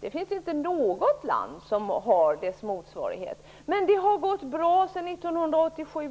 Det finns inte något land som har en motsvarighet. Men det har ändå gått bra att ha den sedan 1987.